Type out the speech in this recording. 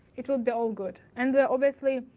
it will be all good. and obviously,